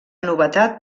novetat